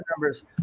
numbers